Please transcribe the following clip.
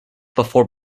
before